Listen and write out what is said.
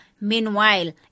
Meanwhile